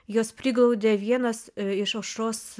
jos priglaudė vienas iš aušros